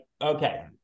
okay